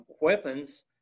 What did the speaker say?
weapons